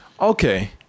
Okay